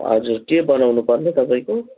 हजुर के बनाउनु पर्ने तपाईँको